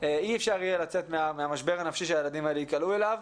אי אפשר יהיה לצאת מהמשבר הנפשי שהילדים האלה ייקלעו אליו.